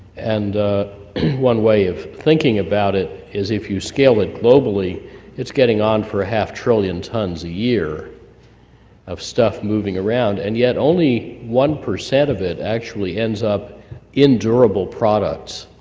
and one way of thinking about it is if you scale it globally it's getting on for a half trillion tons a year of stuff moving around, and yet only one percent of it actually ends up in durable products,